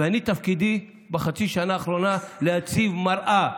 ואני, תפקידי בחצי השנה האחרונה הוא להציב מראה